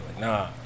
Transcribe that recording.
nah